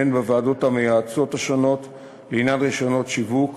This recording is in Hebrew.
הן בוועדות המייעצות השונות לעניין רישיונות שיווק